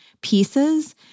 pieces